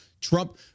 Trump